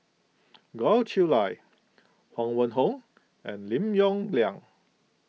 Goh Chiew Lye Huang Wenhong and Lim Yong Liang